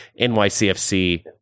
NYCFC